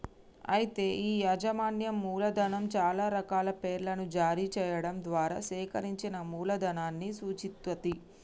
అయితే ఈ యాజమాన్యం మూలధనం చాలా రకాల పేర్లను జారీ చేయడం ద్వారా సేకరించిన మూలధనాన్ని సూచిత్తది